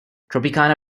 tropicana